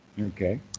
Okay